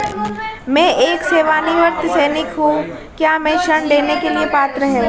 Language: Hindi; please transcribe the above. मैं एक सेवानिवृत्त सैनिक हूँ क्या मैं ऋण लेने के लिए पात्र हूँ?